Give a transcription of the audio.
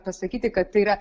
pasakyti kad tai yra